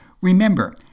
Remember